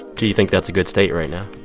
do you think that's a good state right now?